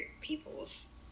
people's